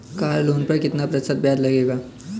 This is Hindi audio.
कार लोन पर कितना प्रतिशत ब्याज लगेगा?